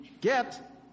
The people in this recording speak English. get